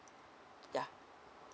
yeah